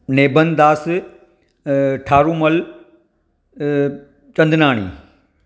Nebhandas Tharumal Chandnani